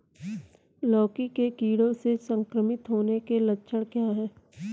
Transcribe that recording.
लौकी के कीड़ों से संक्रमित होने के लक्षण क्या हैं?